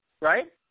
Right